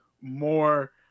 more